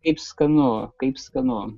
kaip skanu kaip skanu